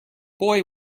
boy